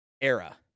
era